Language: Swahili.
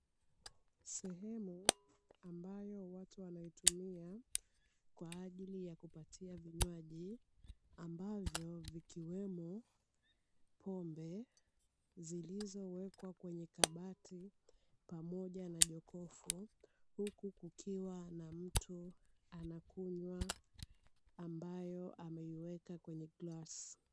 Sehemu ambayo watu wanaitumia kwa ajili ya kupatia vinywaji, ambayo ikiwemo pombe zilizowekwa kwenye kabati pamoja na jokofu, huku kukiwa na mtu anakunywa ambayo ameiweka kwenye glasi.